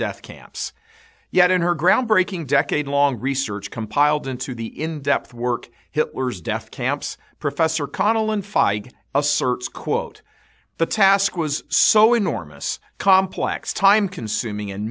death camps yet in her groundbreaking decade long research compiled into the in that work hitler's death camps professor connel and fi asserts quote the task was so enormous complex time consuming and